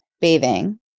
bathing